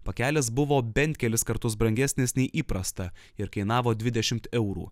pakelis buvo bent kelis kartus brangesnis nei įprasta ir kainavo dvidešimt eurų